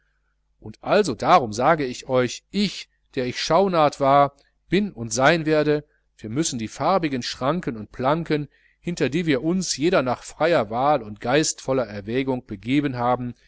und also darum sage ich euch ich der ich schaunard war bin und sein werde wir müssen die farbigen schranken und planken hinter die wir uns jeder nach freier wahl und geistvoller erwägung begeben haben